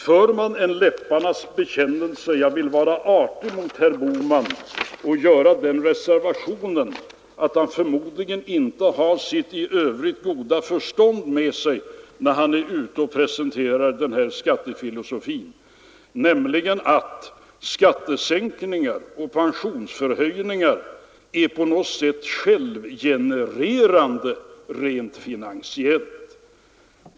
Man har en läpparnas bekännelse — jag vill vara artig mot herr Bohman och göra den reservationen att han förmodligen inte har sitt i övrigt goda förstånd med sig när han presenterar denna skattefilosofi — att skattesänkningar och pensionshöjningar är på något sätt självgenererande rent finansiellt.